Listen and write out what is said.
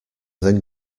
than